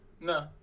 No